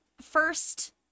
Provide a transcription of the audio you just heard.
first